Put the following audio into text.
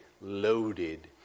loaded